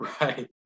Right